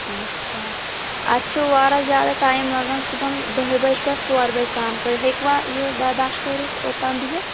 اَچھا اَتہِ چھُ واراہ زیادٕ ٹایم لَگَان صُبحن دٔہہِ بَجہِ پٮ۪ٹھ ژورِ بَجہِ تام تُہۍ ہٮ۪کِوَا یہِ بَرداشت کٔرِتھ اوٚتام بِہِتھ